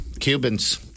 Cubans